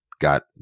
got